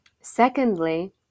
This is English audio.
Secondly